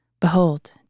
Behold